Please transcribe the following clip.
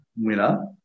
winner